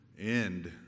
end